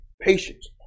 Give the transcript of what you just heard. patience